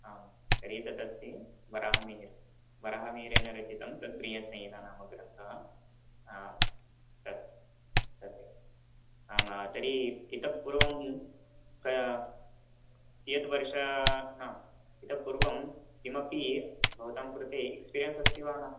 आं तर्हि तदस्ति वराहमिहिरः वराहमिहिरेण रचितं तद् बृहत्संहिता नाम्नः ग्रन्थः आं तत् तदेव आं वा तर्हि इतः पूर्वं क कियत् वर्षा हा इतः पूर्वं किमपि भवतां कृते एक्स्पिरियन्स् अस्ति वा न